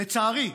לצערי,